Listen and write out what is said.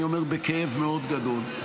אני אומר בכאב מאוד גדול.